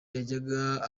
yajyaga